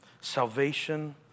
Salvation